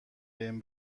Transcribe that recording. بهم